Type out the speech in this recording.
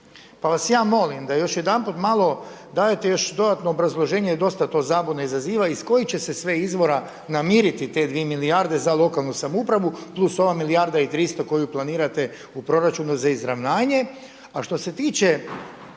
Pa vas ja molim da još jedanput malo dadete još dodatno obrazloženje jer dosta to zabune izaziva iz kojih će se sve izvora namiriti te dvije milijarde za lokalnu samoupravu plus ova milijarda i tristo koju planirate u proračunu za izravnanje. A što se tiče